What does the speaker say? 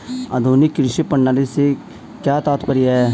आधुनिक कृषि प्रणाली से क्या तात्पर्य है?